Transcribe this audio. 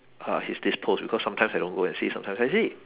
uh his this post because sometimes I don't go and see sometimes I see